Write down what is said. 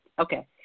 Okay